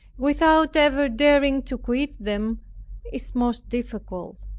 without ever daring to quit them is most difficult.